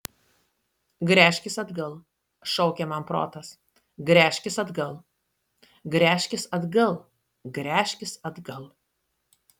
gręžkis atgal šaukė man protas gręžkis atgal gręžkis atgal gręžkis atgal